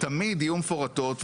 תמיד יהיו מפורטות,